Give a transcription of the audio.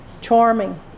charming